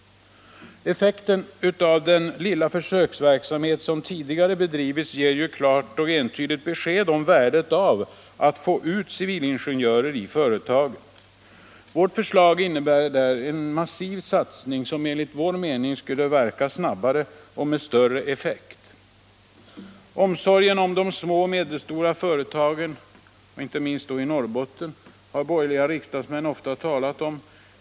Effekten av den lilla försöksverksamhet som tidigare bedrivits ger ju klart och entydigt besked om värdet av att få ut civilingenjörer i företagen. Vårt förslag innebär en massiv satsning som enligt vår mening skulle verka snabbare och med större effekt. Omsorgen om de små och medelstora företagen, inte minst i Norrbotten, har borgerliga riksdagsmän ofta talat om.